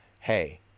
hey